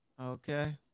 okay